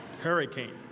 hurricane